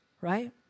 right